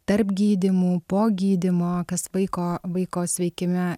tarp gydymų po gydymo kas vaiko vaiko sveikime